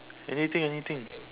anything anything